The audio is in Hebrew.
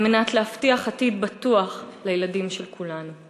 על מנת להבטיח עתיד בטוח לילדים של כולנו.